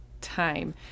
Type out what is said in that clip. time